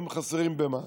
חסרים בהם מים.